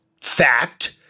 Fact